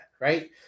right